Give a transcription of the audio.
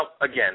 again